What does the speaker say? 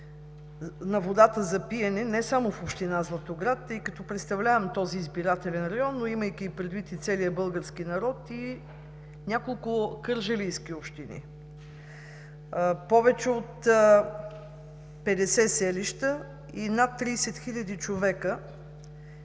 на водата за пиене не само в община Златоград, тъй като представлявам този избирателен район, но и целия български народ, и няколко кърджалийски общини. Повече от 50 селища и над 30 хиляди човека